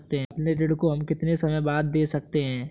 अपने ऋण को हम कितने समय बाद दे सकते हैं?